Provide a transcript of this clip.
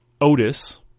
Otis